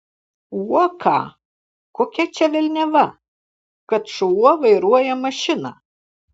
uoką kokia čia velniava kad šuo vairuoja mašiną